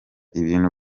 ibintu